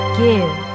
give